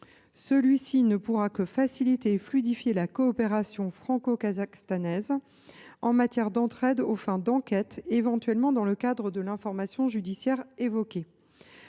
Celle ci ne pourra que faciliter et fluidifier la coopération franco kazakhstanaise en matière d’entraide aux fins d’enquête, éventuellement dans le cadre de l’information judiciaire évoquée.